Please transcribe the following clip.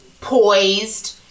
poised